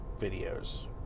videos